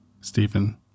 Stephen